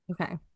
Okay